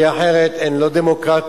כי אחרת אין לא דמוקרטית,